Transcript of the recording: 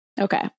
Okay